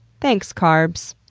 thanks, carbs.